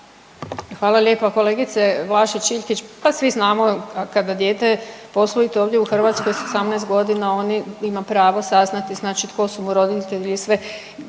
Hvala lijepa. Kolegice Vlašić Iljkić, pa svi znamo kada dijete posvojite ovdje u Hrvatskoj s 18 godina on ima pravo saznati znači tko su mu roditelji i sve.